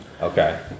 Okay